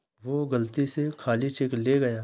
वो गलती से खाली चेक ले गया